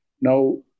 Now